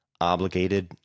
obligated